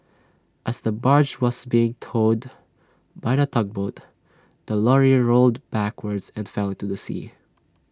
as the barge was being towed by A tugboat the lorry rolled backward and fell into the sea